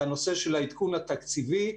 והנושא של העדכון התקציבי.